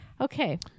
Okay